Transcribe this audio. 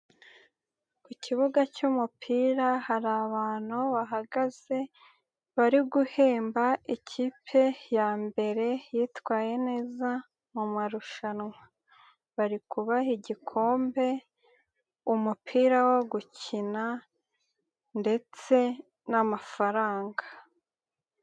Ku kibuga cy'umupira hari abantu bahagaze bari guhemba ikipe ya mbere yitwaye neza mu marushanwa, bari kubaha igikombe, umupira wo gukina ndetse n'amafaranga.